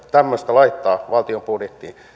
tämmöistä laittaa valtion budjettiin